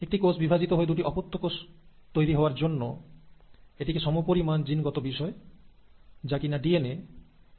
একটি কোষ দুটি ডটার সেলে বিভাজিত হওয়ার জন্য এটিকে জিনগত বিষয়গুলি যা ডিএনএ সমান পরিমাণে সঞ্চালন করতে হয়